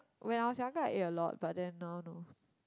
when I was younger I ate a lot but then now no